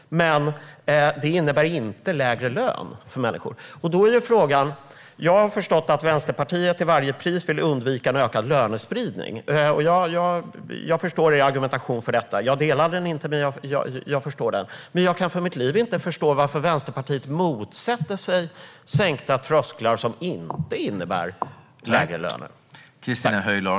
Men det innebär inte lägre lön för människor. Jag har förstått att Vänsterpartiet till varje pris vill undvika en ökad lönespridning. Jag förstår er argumentation för detta även om jag inte delar den. Men jag kan för mitt liv inte förstå varför Vänsterpartiet motsätter sig sänkta trösklar som inte innebär lägre löner.